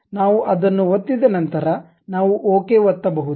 ನಾವು ಅದನ್ನು ಒತ್ತಿದ ನಂತರ ನಾವು ಓಕೆ ಒತ್ತ ಬಹುದು